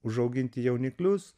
užauginti jauniklius